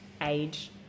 age